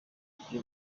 kuri